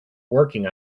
working